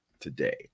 today